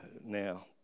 now